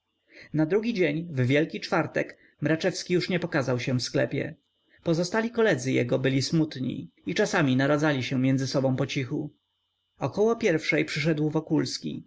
na drugi dzień w wielki czwartek mraczewski już nie pokazał się w sklepie pozostali koledzy jego byli smutni i czasem naradzali się między sobą pocichu około pierwszej przyszedł wokulski